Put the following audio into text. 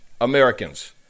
Americans